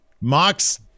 Mox